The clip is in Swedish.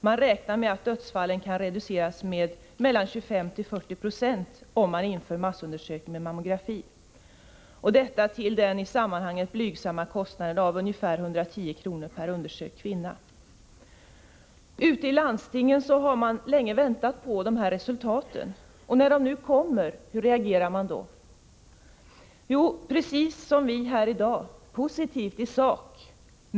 Man räknar med att dödsfallen kan reduceras med mellan 25 och 40 20 om man inför massundersökning med mammografi, detta till den i sammanhanget blygsamma kostnaden av ungefär 110 kr. per undersökt kvinna. Ute i landstingen har man länge väntat på dessa resultat, och hur reagerar man när de nu kommer? Jo, precis som vi här i dag, dvs. positivt i sak.